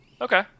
Okay